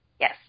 Yes